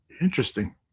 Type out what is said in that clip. Interesting